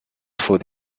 told